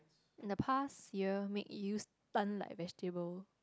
in the past year make you stunt like vegetable